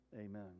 Amen